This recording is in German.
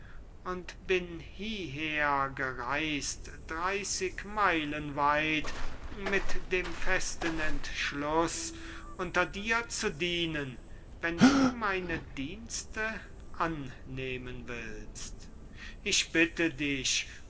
und bin hieher gereist dreyßig meilen weit mit dem festen entschluß unter dir zu dienen wenn du meine dienste annehmen willst ich bitte dich